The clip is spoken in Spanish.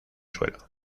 suelo